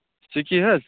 سُکھِی حظ